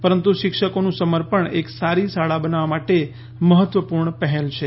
પરંતુ શિક્ષકોનું સમર્પણ એક સારી શાળા બનાવવા માટે મહત્વપૂર્ણ પહેલ છે